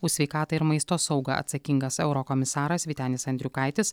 už sveikatą ir maisto saugą atsakingas eurokomisaras vytenis andriukaitis